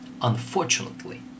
unfortunately